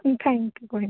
thank you ਕੋਈ ਨਹੀਂ